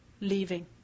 leaving